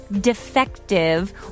defective